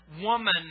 Woman